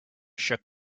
shook